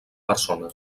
persona